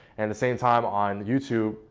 and the same time on youtube,